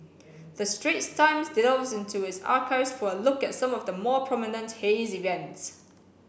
the Straits Times delves into its archives for a look at some of the more prominent haze events